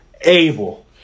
Abel